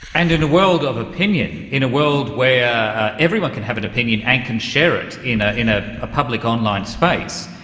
and in a world of opinion, in a world where everyone can have an opinion and can share it in ah in ah a public online space,